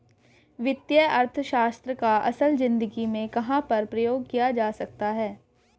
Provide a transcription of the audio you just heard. वित्तीय अर्थशास्त्र का असल ज़िंदगी में कहाँ पर प्रयोग किया जा सकता है?